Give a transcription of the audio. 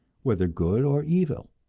whether good or evil.